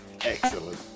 Excellent